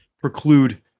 preclude